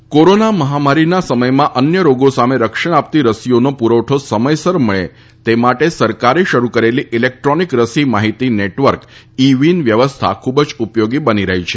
ઇ Win corona મહામારીના સમયમાં અન્ય રોગો સામે રક્ષણ આપતી રસીઓનો પુરવઠો સમયસર મળે તે માટે સરકારે શરૂ કરેલી ઇલેકટ્રોનીક રસી માહિતી નેટવર્ક ઇવીન વ્યવસ્થા ખુબ ઉપયોગી બની રહી છે